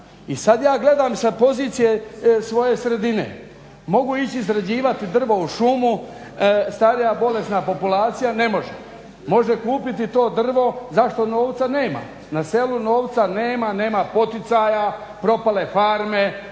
I sad ja gledam sa pozicije svoje sredine, mogu ići sređivat drvo u šumu, starija bolesna populacija ne može. MOže kupiti to drvo za što novca nema. Na selu novca nema, nema poticaja, propale farme,